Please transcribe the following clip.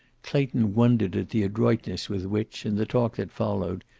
clayton wondered at the adroitness with which, in the talk that followed,